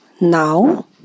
Now